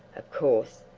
of course,